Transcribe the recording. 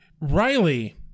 Riley